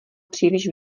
příliš